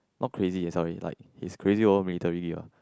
not crazy like is crazy over military lah